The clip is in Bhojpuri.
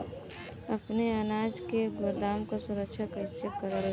अपने अनाज के गोदाम क सुरक्षा कइसे करल जा?